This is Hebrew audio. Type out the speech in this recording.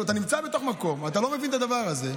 אתה נמצא בתוך מקום, ואתה לא מבין את הדבר הזה.